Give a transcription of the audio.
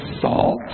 salt